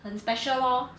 很 special lor